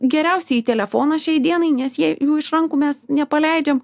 geriausia į telefoną šiai dienai nes jei jų iš rankų mes nepaleidžiam